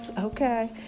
Okay